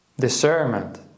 discernment